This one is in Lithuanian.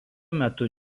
metu